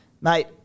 Mate